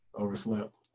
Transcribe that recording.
Overslept